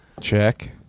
Check